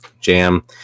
jam